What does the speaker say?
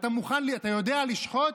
אתה מוכן, אתה יודע לשחוט?